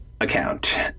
account